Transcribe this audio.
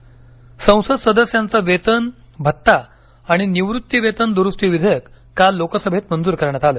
लोकसभा संसद सदस्याचे वेतन भत्ता आणि निवृत्ती वेतन द्रुस्ती विधेयक काल लोकसभेत मंजूर करण्यात आलं